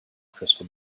crystal